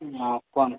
ହଁ କୁହନ୍ତୁ